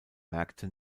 märkte